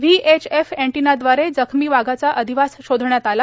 VHF एन्टीनाद्वारे जखमी वाघाचा अधिवास शोधण्यात आला